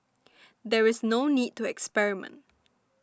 there's no need to experiment